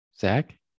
Zach